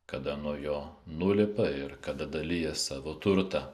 kada nuo jo nulipa ir kada dalija savo turtą